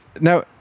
Now